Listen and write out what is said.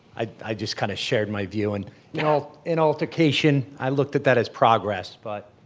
i i just kind of shared my view, and you know an altercation, i looked at that as progress but